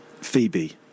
Phoebe